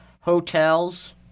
hotels